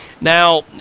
now